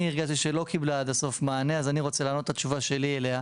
הרגשתי שלא קיבלה עד הסוף מענה אז אני רוצה לענות את התשובה שלי אליה,